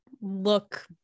look